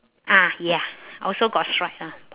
ah ya also got stripe ah